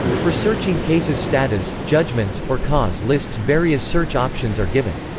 for searching cases status, judgments, or cause lists various search options are given.